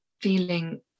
feeling